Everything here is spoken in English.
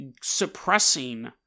suppressing